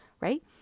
right